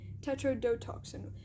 tetrodotoxin